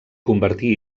convertir